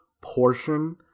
portion